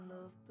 love